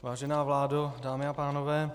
Vážená vládo, dámy a pánové.